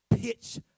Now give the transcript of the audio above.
pitch